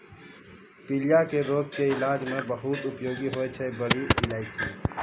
पीलिया के रोग के इलाज मॅ बहुत उपयोगी होय छै बड़ी इलायची